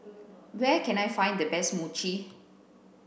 where can I find the best Mochi